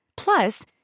Plus